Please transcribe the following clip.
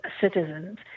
citizens